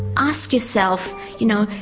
ask yourself, you know,